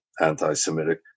anti-Semitic